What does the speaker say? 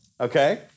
Okay